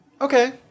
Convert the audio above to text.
Okay